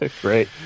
Great